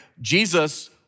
Jesus